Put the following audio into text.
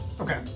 Okay